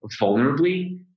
vulnerably